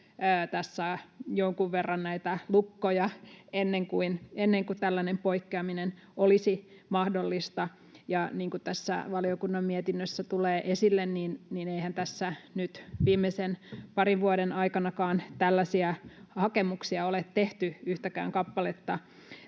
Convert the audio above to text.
nyt jonkun verran näitä lukkoja ennen kuin tällainen poikkeaminen olisi mahdollista. Niin kuin tässä valiokunnan mietinnössä tulee esille, niin eihän tässä nyt viimeisen parin vuoden aikanakaan tällaisia hakemuksia ole tehty yhtäkään kappaletta,